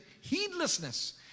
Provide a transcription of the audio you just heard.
Heedlessness